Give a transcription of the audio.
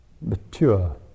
mature